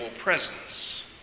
presence